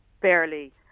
barely